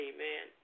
Amen